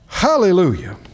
Hallelujah